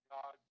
God